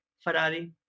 Ferrari